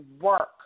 work